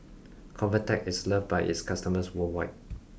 convatec is loved by its customers worldwide